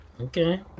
Okay